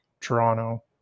Toronto